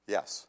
Yes